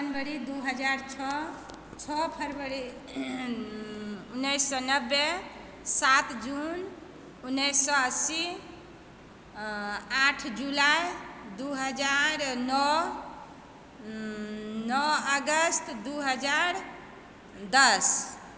जनवरी दू हजार छओ छओ फरवरी उन्नैस सए नबे सात जून उन्नैस सए अस्सी आठ जुलाई दू हजार नओ नओ अगस्त दू हजार दश